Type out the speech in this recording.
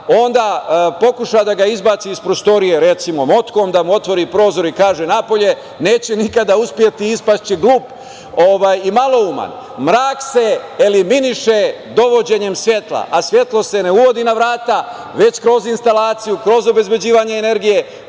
onda pokuša da ga izbaci iz prostorije, recimo, motkom, da mu otvori prozore i kaže – napolje, neće nikada uspeti ispašće glup i malouman. Mrak se eliminiše dovođenjem svetla, a svetlo se ne uvodi na vrata već kroz instalaciju, kroz obezbeđivanje energije,